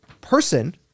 person